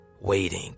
waiting